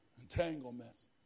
Entanglements